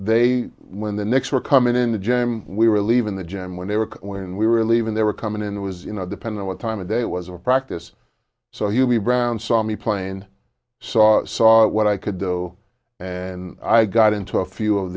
they when the knicks were coming in the gym we were leaving the gym when they were when we were leaving they were coming and it was you know depending what time of day it was or practice so he would be brown saw me plain saw saw what i could do and i got into a few of